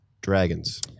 Dragons